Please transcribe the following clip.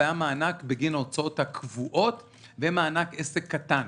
והיה מענק בגין ההוצאות הקבועות ומענק עסק קטן.